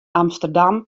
amsterdam